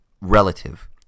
relative